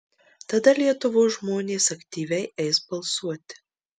tada lietuvos žmonės aktyviai eis balsuoti